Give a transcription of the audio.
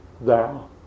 thou